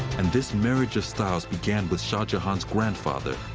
and this marriage of styles began with shah jahan's grandfather,